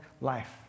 life